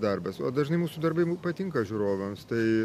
darbas o dažnai mūsų darbai patinka žiūrovams tai